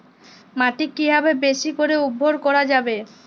মাটি কিভাবে বেশী করে উর্বর করা যাবে?